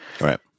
Right